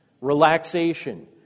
relaxation